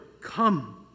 come